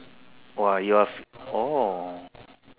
!wah! you are oh